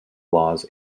laws